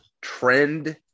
trend